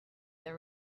the